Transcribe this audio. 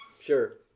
Sure